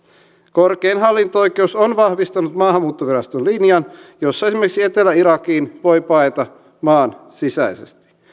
korkein hallinto oikeus on vahvistanut maahanmuuttoviraston linjan jossa esimerkiksi etelä irakiin voi paeta maan sisäisesti